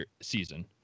season